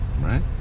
Right